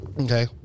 Okay